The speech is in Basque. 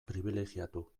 pribilegiatu